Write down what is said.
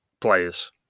players